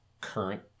current